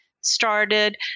started